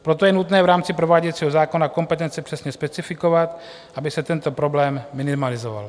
Proto je nutné v rámci prováděcího zákona kompetence přesně specifikovat, aby se tento problém minimalizoval.